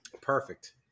Perfect